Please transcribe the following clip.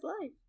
life